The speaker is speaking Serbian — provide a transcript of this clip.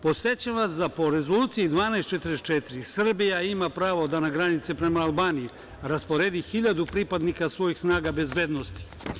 Podsećam vas da po Rezoluciji 1244 Srbija ima pravo da na granice prema Albaniji rasporedi hiljadu pripadnika svojih snaga bezbednosti.